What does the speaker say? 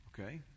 okay